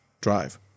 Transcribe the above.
Drive